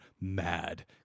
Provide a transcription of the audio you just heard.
mad